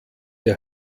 der